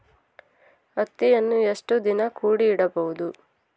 ಹತ್ತಿಯನ್ನು ಎಷ್ಟು ದಿನ ಕೂಡಿ ಇಡಬಹುದು?